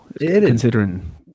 considering